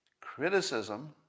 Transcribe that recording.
Criticism